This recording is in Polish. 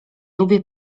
lubię